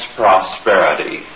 prosperity